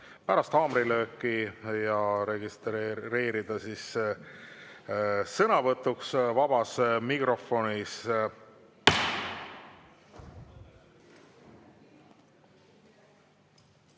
pärast haamrilööki registreeruda sõnavõtuks vabas mikrofonis.